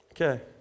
Okay